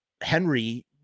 Henry